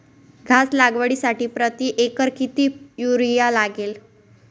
घास लागवडीसाठी प्रति एकर किती युरिया लागेल?